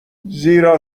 زیرا